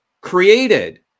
created